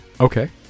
Okay